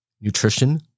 nutrition